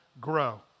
grow